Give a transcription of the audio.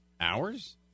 Hours